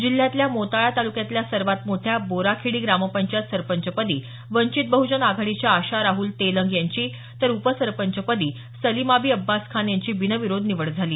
जिल्ह्यातल्या मोताळा तालुक्यातल्या सर्वात मोठ्या बोराखेडी ग्रामपंचायत सरपंचपदी वंचित बहुजन आघाडीच्या आशा राहुल तेलंग यांची तर उपसरपंचपदी सलीमाबी अब्बास खान यांची बिनविरोध निवड झाली